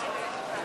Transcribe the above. לשנת התקציב 2016,